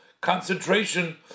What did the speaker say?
concentration